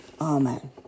Amen